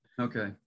Okay